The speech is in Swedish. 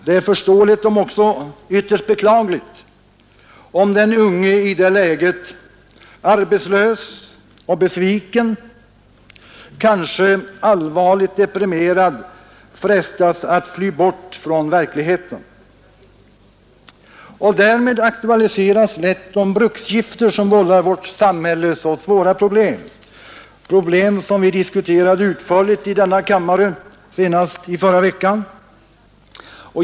Det är förståeligt om än ytterst beklagligt om den unge i det läget, arbetslös och besviken, kanske allvarligt deprimerad, frestas att fly bort från verkligheten. Därmed aktualiseras lätt de bruksgifter som vållar vårt samhälle så svåra problem, problem som vi diskuterade utförligt i denna kammare senast i förra veckan.